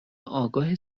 آگاه